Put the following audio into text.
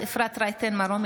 אפרת רייטן מרום,